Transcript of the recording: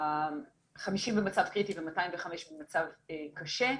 50 במצב קריטי, ו-205 במצב קשה.